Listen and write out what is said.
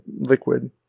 liquid